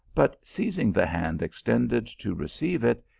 but, seizing the hand extended to receive it,